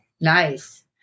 Nice